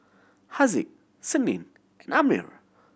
Haziq Senin Ammir